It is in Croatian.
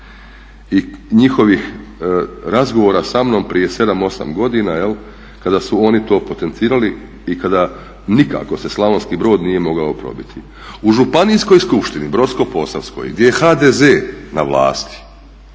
i njihovih razgovora sa mnom prije 7-8 godina kada su oni to potencirali i kada nikako se Slavonski Brod nije mogao probiti. U županijskoj skupštini Brodsko-posavskoj gdje je HDZ na vlasti